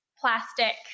plastic